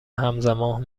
همزمان